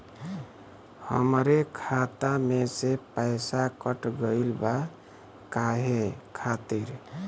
हमरे खाता में से पैसाकट गइल बा काहे खातिर?